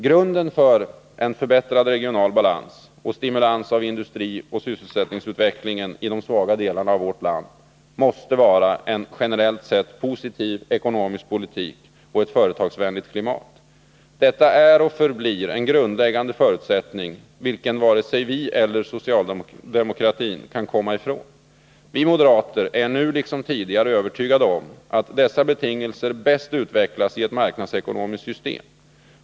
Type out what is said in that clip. Grunden för en förbättrad regional balans och stimulans av industrioch sysselsättningsutvecklingen i de svaga delarna av vårt land måste vara en generellt sett positiv ekonomisk politik och ett företagsvänligt klimat. Detta är och förblir en grundläggande förutsättning, vilken varken vi eller socialdemokratin kan komma ifrån. Vi moderater är nu liksom tidigare övertygade om att dessa betingelser bäst utvecklas i ett marknadsekonomiskt system.